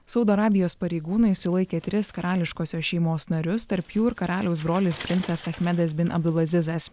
saudo arabijos pareigūnai sulaikė tris karališkosios šeimos narius tarp jų ir karaliaus brolis princas achmedas bin abilazizas